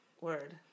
Word